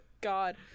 God